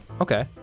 Okay